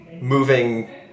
moving